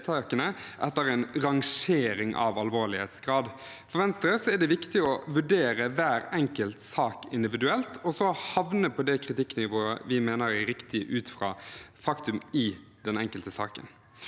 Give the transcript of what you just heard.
etter en rangering av alvorlighetsgrad. For Venstre er det viktig å vurdere hver enkelt sak individuelt, og så havne på det kritikknivået vi mener er riktig ut fra faktum i den enkelte saken.